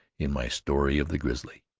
in my story of the grizzly.